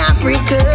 Africa